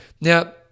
Now